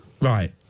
Right